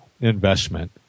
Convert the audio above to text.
investment